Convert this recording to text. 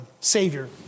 Savior